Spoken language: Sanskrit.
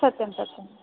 सत्यं सत्यम्